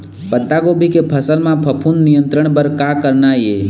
पत्तागोभी के फसल म फफूंद नियंत्रण बर का करना ये?